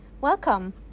welcome